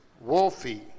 Wolfie